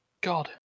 god